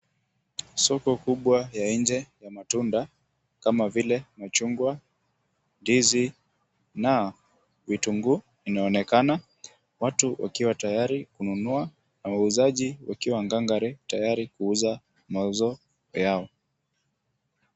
Hili ni soko la matunda, kama vile machungwa, ndizi na vitunguu vinaonekana, watu wakiwa tayari kununua, na wauzaji wakiwa gangari tayari kuuza mauzo yao.